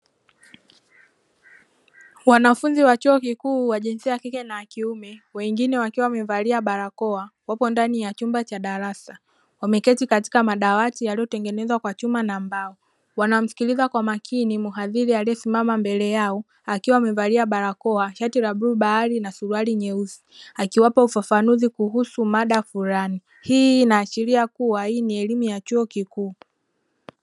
Wanafunzi wa chuo kikuu wa jinsia ya kike na kiume wengine wakiwa wamevalia barakoa wapo ndani ya chumba cha darasa wameketi katika madawati yaliyotengenezwa kwa chuma na mbao, wanamsikiliza kwa makini mhadhiri aliyesimama mbele yao akiwa amevalia barakoa shati la blue bahari na suruali nyeusi akiwapa ufafanuzi kuhusu mada fulani, hii inaashiria kuwa hii ni elimu ya chuo kikuu.